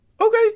Okay